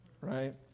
right